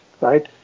right